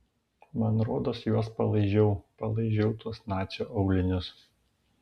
man rodos juos palaižiau palaižiau tuos nacio aulinius